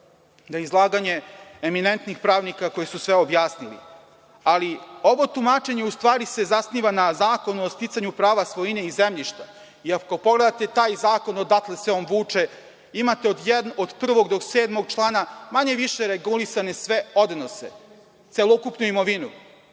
na izlaganje eminentnih pravnika koji su sve objasnili, ali ovo tumačenje u stvari se zasniva na Zakonu o sticanju prava svojine i zemljišta. Ako pogledate taj zakon, odatle se on vuče, imate od 1. do 7. člana manje-više regulisane sve odnose, celokupnu imovinu.